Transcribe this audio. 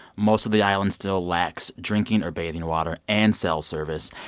most of the island still lacks drinking or bathing water and cell service.